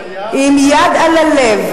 עם יד על הלב,